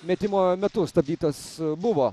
metimo metu stabdytas buvo